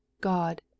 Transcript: God